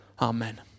Amen